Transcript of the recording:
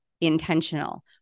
intentional